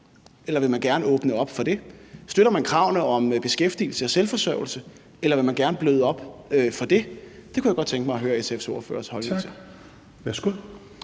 eller vil man gerne åbne op for det? Støtter man kravene om beskæftigelse og selvforsørgelse, eller vil man gerne bløde op i forhold til det? Det kunne jeg godt tænke mig at høre SF's ordførers holdning til. Kl. 17:06